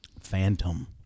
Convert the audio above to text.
Phantom